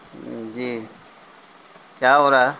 جی کیا ہو رہا ہے